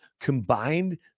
combined